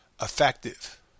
effective